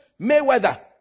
mayweather